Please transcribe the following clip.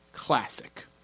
classic